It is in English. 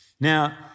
Now